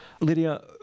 Lydia